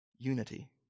Unity